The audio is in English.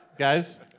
Guys